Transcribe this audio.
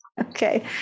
Okay